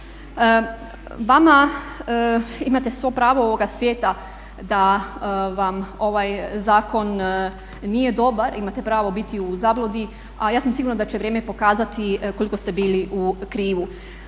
snazi. Imate svo pravo ovoga svijeta da vam ovaj zakon nije dobar, imate pravo biti u zabludi, a ja sam sigurna da će vrijeme pokazati koliko ste bili u krivu.